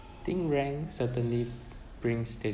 think rank certainly brings